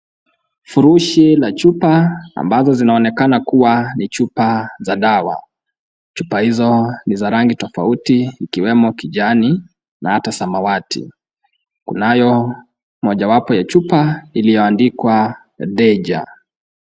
Furusi la chupa ambazo zinaonekanana kuwa ni chupa za dawa. Chupa hizo ni za rangi tofauti ikiwemo kijani na hata samwati. Kunayo moja wapo ya chupa iliyoandikwa Deja.